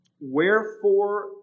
wherefore